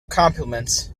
compliments